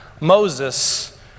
Moses